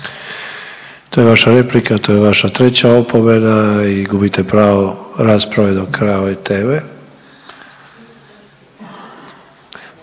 To je vaša replika, to je vaša treća opomena i gubite pravo rasprave do kraja ove teme.